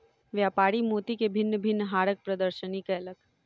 व्यापारी मोती के भिन्न भिन्न हारक प्रदर्शनी कयलक